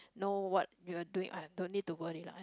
know what you are doing !aiya! no need to worry lah